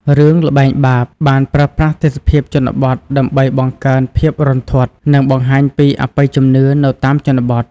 រឿង ល្បែងបាប បានប្រើប្រាស់ទេសភាពជនបទដើម្បីបង្កើនភាពរន្ធត់ និងបង្ហាញពីអបិយជំនឿនៅតាមជនបទ។